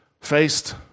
faced